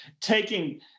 taking